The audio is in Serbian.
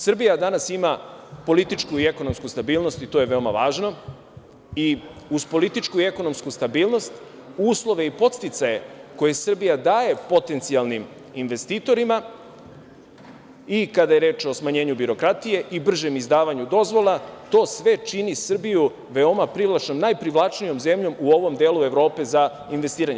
Srbija danas ima političku i ekonomsku stabilnost i to je veoma važno i uz političku i ekonomsku stabilnost uslove i podsticaje koje Srbija daje potencijalnim investitorima i, kada je reč o smanjenju birokratije i bržem izdavanju dozvola, to sve čini Srbiju veoma privlačnom, najprivlačnijom zemljom u ovom delu Evrope za investiranje.